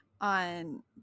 on